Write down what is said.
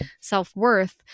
self-worth